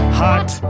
hot